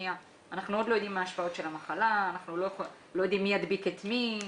אנחנו עוד לא יודעים מה ההשפעות של המחלה ולא יודעים מי ידביק את מי.